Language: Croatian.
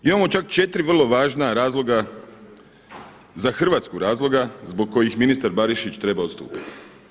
Imamo čak četiri vrlo važna razloga, za Hrvatsku razloga zbog kojih ministar Barišić treba odstupiti.